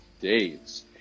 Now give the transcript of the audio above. days